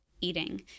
eating